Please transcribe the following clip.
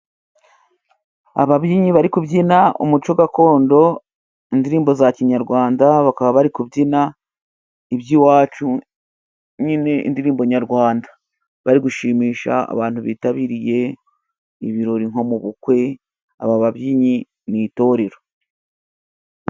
Ababyinnyi bari kubyina umuco gakondo，indirimbo za kinyarwanda, bakaba bari kubyina iby'iwacu, indirimbo nyarwanda， bari gushimisha abantu bitabiriye ibirori nko mu bukwe, haba ababyinnyi mu itorero.